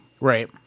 Right